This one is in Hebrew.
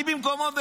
אני במקומו,